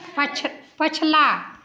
पछ पछिला